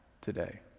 today